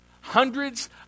Hundreds